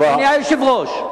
אדוני היושב-ראש,